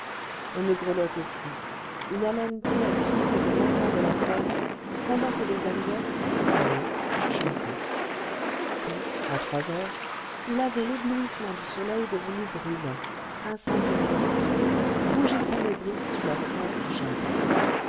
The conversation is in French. on ne grelottait plus une haleine tiède soufflait des lointains de la plaine pendant que les alouettes très haut chantaient puis à trois heures il avait l'éblouissement du soleil devenu brûlant incendiant l'horizon rougissant les briques sous la crasse du charbon